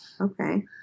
Okay